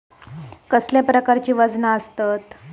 कसल्या प्रकारची वजना आसतत?